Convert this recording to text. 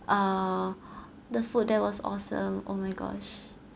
uh the food there was awesome oh my gosh